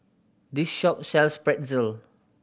this shop sells Pretzel